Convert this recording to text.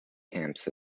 camps